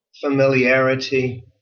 familiarity